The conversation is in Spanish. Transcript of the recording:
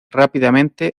rápidamente